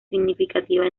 significativa